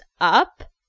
up